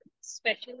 special